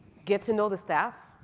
get to know the staff,